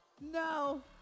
No